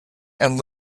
and